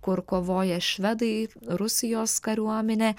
kur kovoja švedai rusijos kariuomenė